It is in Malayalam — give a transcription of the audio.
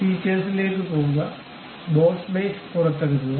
ഫീച്ചേഴ്സിലേക്ക് പോകുക ബോസ് ബേസ് പുറത്തെടുക്കുക